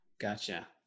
gotcha